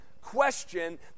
question